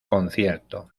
concierto